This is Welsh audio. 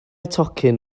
tocyn